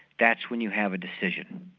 that's when you have a decision.